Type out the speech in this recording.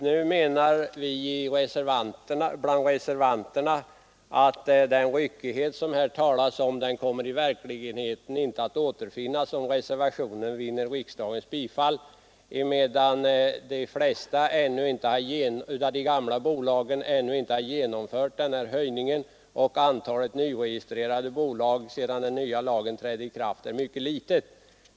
Nu menar vi reservanter att den ryckighet det här talas om i verkligheten inte kommer att återfinnas om reservationen vinner riksdagens bifall, emedan de flesta av de gamla bolagen ännu inte genomfört denna höjning och antalet nyregistrerade bolag, sedan den nya lagen trädde i kraft, är mycket litet.